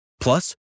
Plus